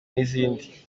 n’izindi